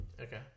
Okay